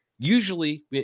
Usually